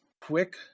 Quick